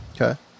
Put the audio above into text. Okay